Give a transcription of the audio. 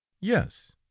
Yes